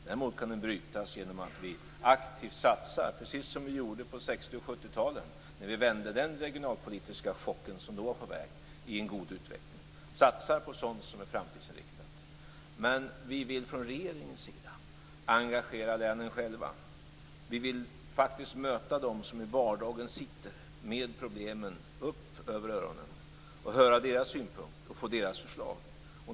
Däremot kan den brytas genom att vi aktivt - precis som vi på 60 och 70-talen vände den regionalpolitiska chock som då var på väg i en god utveckling - satsar på sådant som är framtidsinriktat. Men vi vill från regeringens sida engagera länen själva. Vi vill faktiskt möta dem som i vardagen sitter med problemen upp över öronen, höra deras synpunkter och få deras förslag.